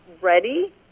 ready